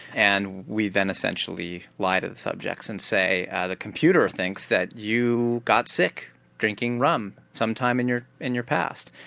and we then essentially lie to the subjects and say the computer thinks that you got sick drinking rum sometime in your in your past.